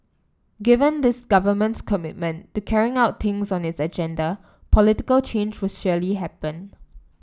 given this Government's commitment to carrying out things on its agenda political change will surely happen